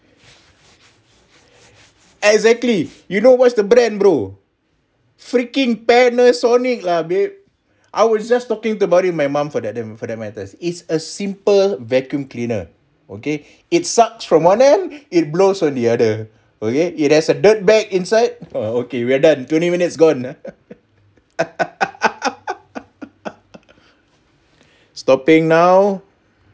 exactly you know what's the brand bro freaking panasonic lah babe I was just talking about it my mom for that matter it's a simple vacum cleaner okay it sucks from one end it blows from the other okay it has a dirtbag inside oh okay we're done twenty minutes gone ah stopping now